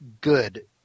good